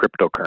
cryptocurrency